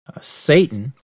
Satan